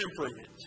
temperament